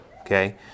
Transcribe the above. Okay